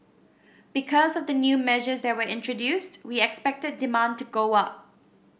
because of the new measures that were introduced we expect demand to go up